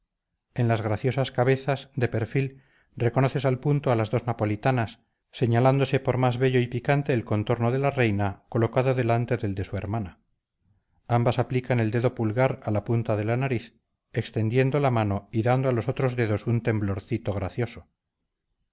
en las graciosas cabezas de perfil reconoces al punto a las dos napolitanas señalándose por más bello y picante el contorno de la reina colocado delante del de su hermana ambas aplican el dedo pulgar a la punta de la nariz extendiendo la mano y dando a los otros dedos un temblorcito gracioso